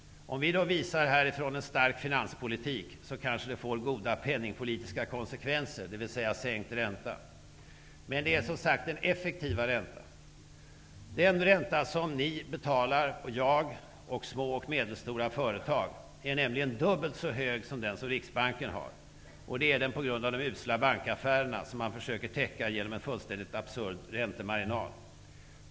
Om vi härifrån visar en stark finanspolitik, kanske det får goda penningpolitiska konsekvenser, dvs. sänkt ränta. Men det är som sagt den effektiva räntan. Den ränta som ni, jag och små och medelstora företag betalar är nämligen dubbelt så hög som den som Riksbanken har. Det är den på grund av de usla bankaffärerna, som man försöker täcka genom en fullständigt absurd räntemarginal.